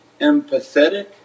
empathetic